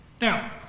Now